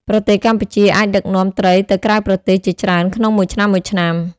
ប្រទេសកម្ពុជាអាចដឹកនាំត្រីទៅក្រៅប្រទេសជាច្រើនក្នុងមួយឆ្នាំៗ។